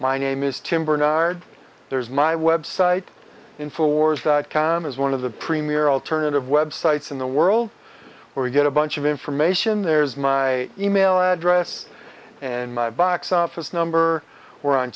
my name is tim bernard there's my website in for commas one of the premier alternative websites in the world where you get a bunch of information there is my email address and my box office number we're on